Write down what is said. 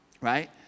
right